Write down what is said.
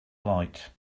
light